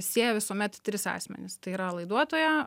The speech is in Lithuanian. sieja visuomet tris asmenis tai yra laiduotoją